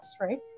right